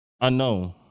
unknown